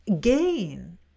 gain